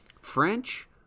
French